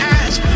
ask